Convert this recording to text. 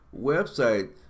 website